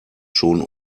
schon